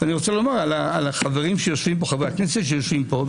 אני רוצה לומר על חברי הכנסת שיושבים פה,